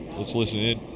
let's listen in.